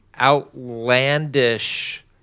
outlandish